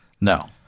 No